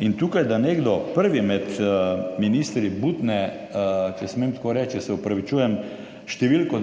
če tukaj nekdo, prvi med ministri butne, če smem tako reči, se opravičujem, številko